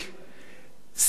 סיכון חמור.